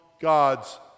God's